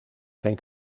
geen